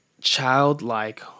childlike